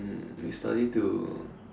um we study till